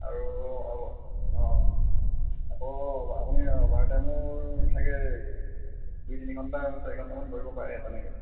আৰু অঁ আকৌ আপুনি অভাৰটাইমো চাগে দুই তিনি ঘণ্টা চাৰি ঘণ্টামান কৰিব পাৰে তেনেকৈ